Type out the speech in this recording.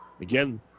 Again